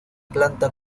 planta